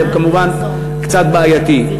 זה כמובן קצת בעייתי.